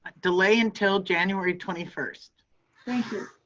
delay until january twenty first thank you.